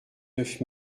neuf